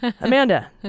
Amanda